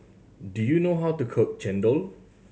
do you know how to cook chendol